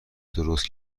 درست